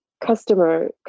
customer